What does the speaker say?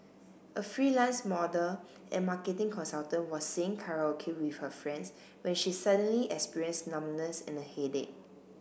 a freelance model and marketing consultant was singing karaoke with her friends when she suddenly experienced numbness and a headache